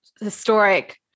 historic